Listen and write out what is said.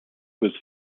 was